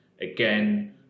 Again